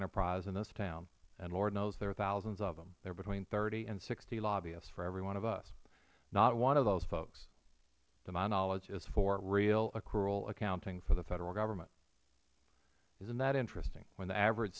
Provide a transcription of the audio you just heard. enterprise in this town and lord knows there are thousands of them there are between thirty and sixty lobbyists for every one of us not one of those folks to my knowledge is for real accrual accounting for the federal government isnt that interesting when the average